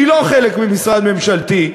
היא לא חלק ממשרד ממשלתי,